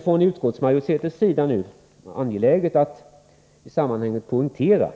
Från utskottsmajoritetens sida finner vi det angeläget att i detta sammanhang poängtera